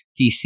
DC